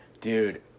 Dude